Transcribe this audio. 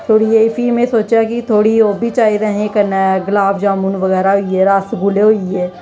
थोह्ड़ी जेही फ्ही में सोचेआ कि थोह्ड़ी ओह् बी चाहिदे असेंगी कन्नै गलाब जामुन बगैरा होई गे रसगुल्ले होई गे